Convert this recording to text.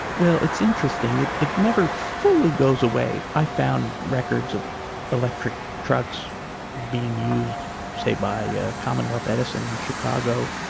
well it's interesting it it never fully goes away. i found records of electric trucks being used say by commonwealth edison in chicago,